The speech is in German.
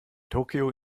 tokio